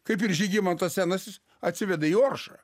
kaip ir žygimantas senasis atsiveda į oršą